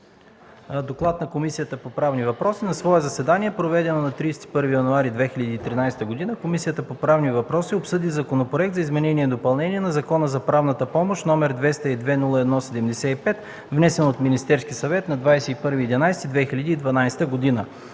„ДОКЛАД на Комисията по правни въпроси На свое заседание, проведено на 31 януари 2013 г., Комисията по правни въпроси обсъди Законопроект за изменение и допълнение на Закона за правната помощ, № 202-01-75, внесен от Министерския съвет на 21 ноември 2012 г.